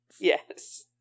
Yes